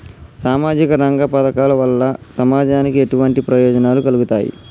సామాజిక రంగ పథకాల వల్ల సమాజానికి ఎటువంటి ప్రయోజనాలు కలుగుతాయి?